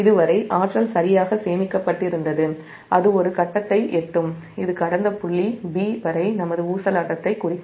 இது வரை ஆற்றல் சரியாக சேமிக்கப்பட்டிருந்தது அது ஒரு கட்டத்தை எட்டும் இது கடந்த புள்ளி 'b' வரை நமது ஊசலாட்டத்தைக் குறிக்கும்